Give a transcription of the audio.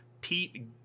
Pete